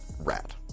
rat